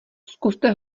zkuste